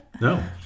no